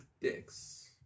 dicks